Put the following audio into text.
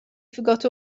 forgot